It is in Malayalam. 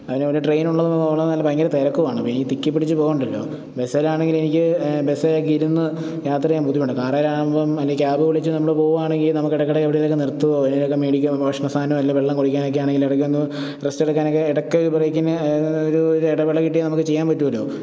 അതിനോരോ ട്രെയിനുള്ളത് ഉളളത് നല്ല ഭയങ്കര തിരക്കുമാണ് അപ്പോള് ഈ തിക്കിപ്പിടിച്ച് പോകണ്ടല്ലോ ബസേലാണങ്കിലെനിക്ക് ബസേക്കെ ഇരുന്ന് യാത്ര ചെയ്യാൻ ബുദ്ധിമുട്ടുണ്ട് കറേലാകുമ്പോള് അല്ലെങ്കില് ക്യാബ് വിളിച്ച് നമ്മള് പോകുവാണെങ്കില് നമുക്കിടയ്ക്കിടയ്ക്ക് എവിടെങ്കിലും നിർത്തുമോ അല്ലെങ്കില് എന്തെങ്കിലുമൊക്കെ മേടിക്കുവോ ഭക്ഷണ സാധനമോ അല്ലെങ്കില് വെള്ളം കുടിക്കാനൊക്കെ ആണെങ്കിലിടയ്ക്കൊന്ന് റസ്റ്റ് എടുക്കാനൊക്കെ ഇടയ്ക്കൊരു ബ്രേക്കിന് ഒരു ഇടവേള കിട്ടിയാല് നമുക്ക് ചെയ്യാൻ പറ്റുമല്ലോ